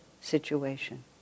situation